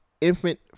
infant